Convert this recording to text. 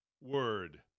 word